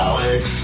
Alex